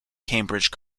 cambridge